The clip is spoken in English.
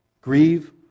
Grieve